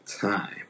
time